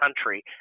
country